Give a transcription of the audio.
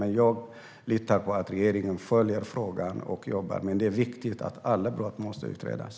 Men jag litar på att regeringen följer frågan och jobbar med den. Men det är viktigt att alla brott utreds.